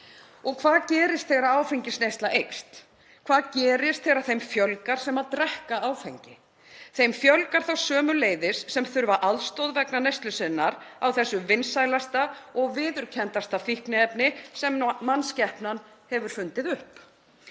Og hvað gerist þegar áfengisneysla eykst? Hvað gerist þegar þeim fjölgar sem drekka áfengi? Þeim fjölgar þá sömuleiðis sem þurfa aðstoð vegna neyslu sinnar á þessu vinsælasta og viðurkennda fíkniefni sem mannskepnan hefur fundið upp.